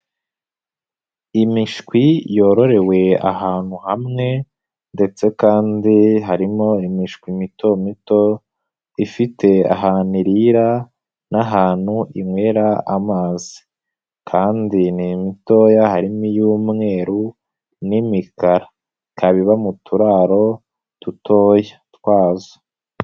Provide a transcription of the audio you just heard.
Imishwi yororewe ahantu hamwe ndetse kandi harimo imishwi mito mito, ifite ahantu irira n'ahantu inywera amazi kandi ni imitoya harimo iy'umweruru n'imikara. Ika biba mu turaro dutoya twazo.